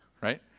right